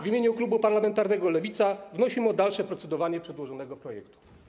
W imieniu klubu parlamentarnego Lewica wnosimy o dalsze procedowanie nad przedłożonym projektem.